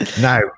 Now